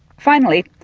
finally,